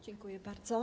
Dziękuję bardzo.